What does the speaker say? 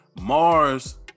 Mars